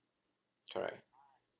correct